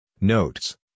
Notes